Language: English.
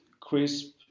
Crisp